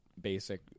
basic